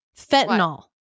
Fentanyl